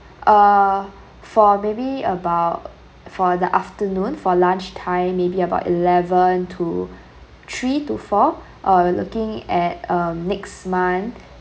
uh for maybe about for the afternoon for lunchtime maybe about eleven to three to four uh we are looking at uh next month